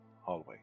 hallway